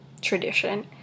tradition